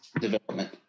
development